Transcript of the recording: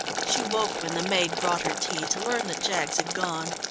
she woke when the maid brought her tea, to learn that jaggs had gone.